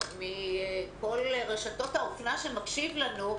מכל רשתות האופנה שמקשיב לנו,